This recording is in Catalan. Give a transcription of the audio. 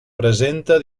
presenta